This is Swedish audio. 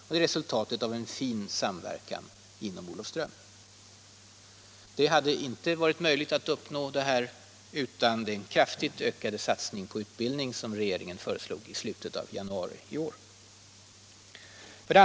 Detta är resultatet av en fin samverkan inom Olofström. Det hade inte varit möjligt att uppnå detta resultat utan den kraftigt ökade satsning på utbildning som regeringen föreslog i slutet av januari i år. 2.